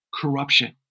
corruption